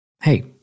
hey